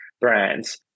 brands